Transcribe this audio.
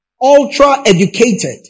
ultra-educated